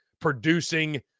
producing